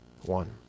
one